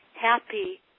happy